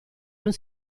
non